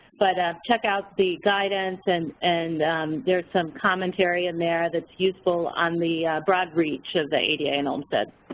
but check out the guidance and and there's some commentary in there that's useful on the broad reach of the ada and olmstead.